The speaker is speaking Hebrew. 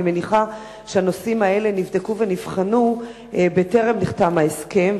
אני מניחה שהנושאים האלה נבדקו ונבחנו בטרם נחתם ההסכם,